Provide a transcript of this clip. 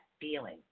feeling